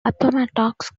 appomattox